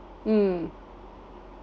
mm